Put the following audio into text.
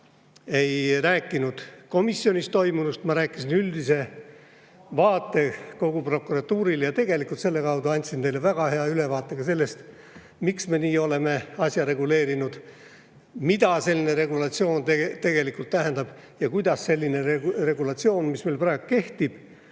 ei rääkinud komisjonis toimunust, vaid ma rääkisin üldisest vaatest kogu prokuratuurile. Tegelikult selle kaudu ma andsin teile väga hea ülevaate ka sellest, miks me oleme asja nii reguleerinud, mida selline regulatsioon tegelikult tähendab ja kuidas selline regulatsioon, mis meil praegu kehtib,